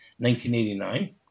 1989